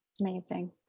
Amazing